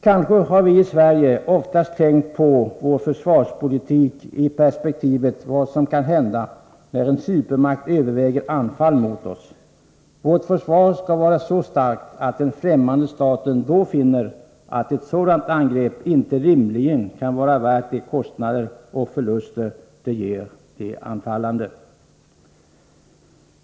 Kanske har vi i Sverige oftast tänkt på vår försvarspolitik i perspektivet av vad som kan hända när en supermakt överväger anfall mot oss. Vårt försvar skall vara så starkt, att den främmande staten då finner att ett sådant angrepp inte rimligen kan vara värt de kostnader och förluster det ger den anfallande.